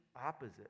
opposite